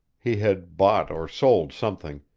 he had bought or sold something,